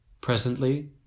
Presently